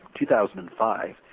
2005